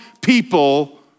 people